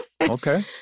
Okay